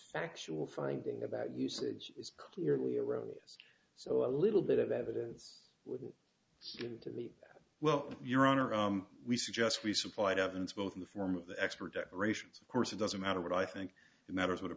factual finding about usage is clearly erroneous so a little bit of evidence would seem to me that well your honor we suggest we supplied evidence both in the form of the expert declarations of course it doesn't matter what i think it matters what a